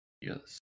Yes